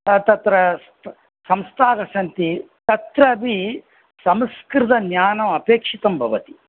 तत्र संस्थाः सन्ति तत्रापि संस्कृतज्ञानमपेक्षितं भवति